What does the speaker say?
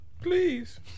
Please